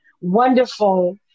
wonderful